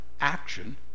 action